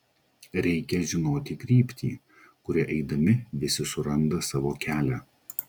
reikia žinoti kryptį kuria eidami visi suranda savo kelią